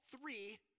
three